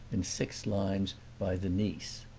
in six lines, by the niece.